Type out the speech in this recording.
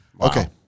Okay